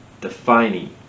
Defining